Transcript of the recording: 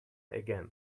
again